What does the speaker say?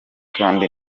kandi